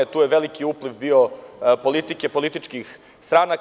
Tu je veliki upliv bio politike, političkih stranaka.